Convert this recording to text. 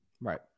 Right